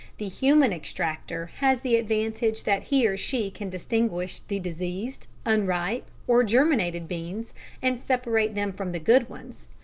the human extractor has the advantage that he or she can distinguish the diseased, unripe or germinated beans and separate them from the good ones.